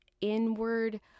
inward